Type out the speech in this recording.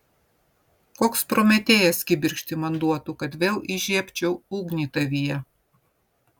koks prometėjas kibirkštį man duotų kad vėl įžiebčiau ugnį tavyje